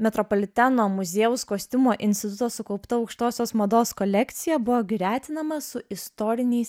metropoliteno muziejaus kostiumo instituto sukaupta aukštosios mados kolekcija buvo gretinama su istoriniais